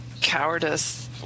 cowardice